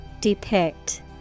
Depict